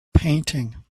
painting